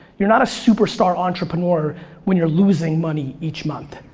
you're not a superstar entrepreneur when you're losing money each month.